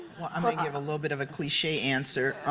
well, i might give a little bit of a cliche answer.